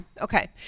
okay